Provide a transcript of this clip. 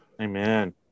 amen